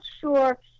sure